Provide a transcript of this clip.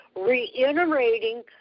reiterating